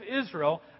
Israel